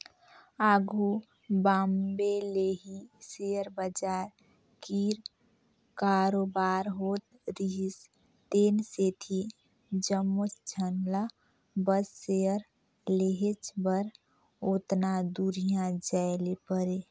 आघु बॉम्बे ले ही सेयर बजार कीर कारोबार होत रिहिस तेन सेती जम्मोच झन ल बस सेयर लेहेच बर ओतना दुरिहां जाए ले परे